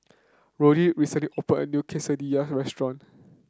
Roddy recently opened a new Quesadilla Restaurant